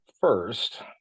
first